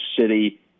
city